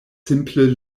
simple